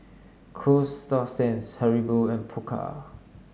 Coasta Sands Haribo and Pokka